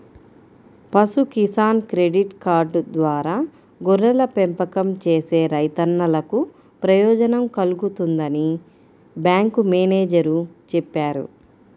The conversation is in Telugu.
పశు కిసాన్ క్రెడిట్ కార్డు ద్వారా గొర్రెల పెంపకం చేసే రైతన్నలకు ప్రయోజనం కల్గుతుందని బ్యాంకు మేనేజేరు చెప్పారు